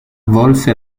volse